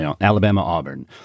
Alabama-Auburn